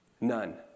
None